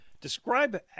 describe